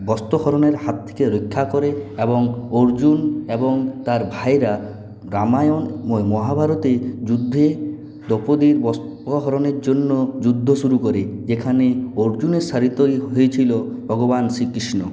বস্ত্রহরণের হাত থেকে রক্ষা করে এবং অর্জুন এবং তার ভাইয়েরা রামায়ণ মহাভারতের যুদ্ধে দ্রৌপদীর বস্ত্রহরণের জন্য যুদ্ধ শুরু করে যেখানে অর্জুনের সারথি হয়েছিল ভগবান শ্রীকৃষ্ণ